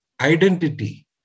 identity